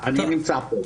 נמצא.